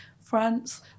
France